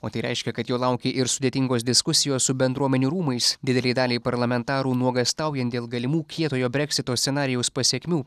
o tai reiškia kad jo laukė ir sudėtingos diskusijos su bendruomenių rūmais didelei daliai parlamentarų nuogąstaujant dėl galimų kietojo breksito scenarijaus pasekmių